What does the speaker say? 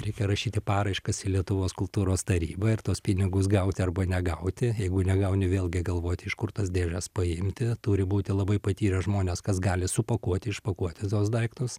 reikia rašyti paraiškas į lietuvos kultūros tarybą ir tuos pinigus gauti arba negauti jeigu negauni vėlgi galvoti iš kur tas dėžes paimti turi būti labai patyrę žmonės kas gali supakuoti išpakuoti tuos daiktus